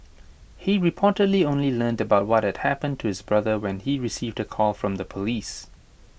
he reportedly only learned about what had happened to his brother when he received A call from the Police